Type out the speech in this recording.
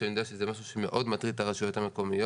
שאני יודע שזה משהו שמאוד מטריד את הרשויות המקומיות.